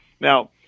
Now